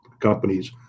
companies